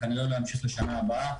וכנראה הוא לא ימשיך לשנה הבאה.